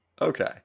Okay